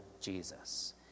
Jesus